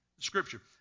Scripture